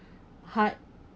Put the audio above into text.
hard